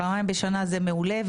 פעמיים בשנה זה מעולה.